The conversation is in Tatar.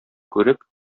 күреп